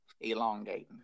elongating